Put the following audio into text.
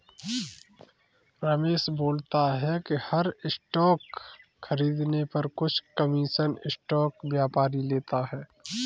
रमेश बोलता है कि हर स्टॉक खरीदने पर कुछ कमीशन स्टॉक व्यापारी लेता है